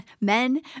men